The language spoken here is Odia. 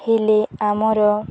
ହେଲେ ଆମର